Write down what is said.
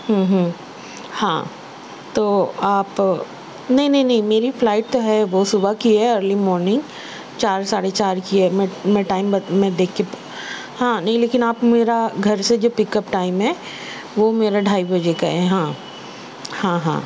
ہوں ہوں ہاں تو آپ نہیں نہیں نہیں میری فلائٹ تو ہے وہ صبح کی ہے ارلی مارننگ چار ساڑھے چار کی ہے میں میں ٹائم میں دیکھ کے ہاں نہیں لیکن آپ میرا گھر سے جو پک اپ ٹائم ہے وہ میرا ڈھائی بجے کا ہے ہاں ہاں ہاں